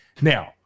Now